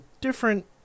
different